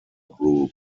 group